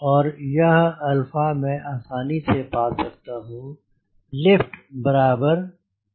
और यह मैं आसानी से पा सकता हूँ लिफ्ट बराबर भार से मिलती है